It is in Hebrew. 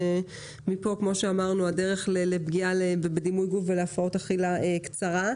מפה הדרך לפגיעה בדימוי גוף ולהפרעות אכילה קצרה.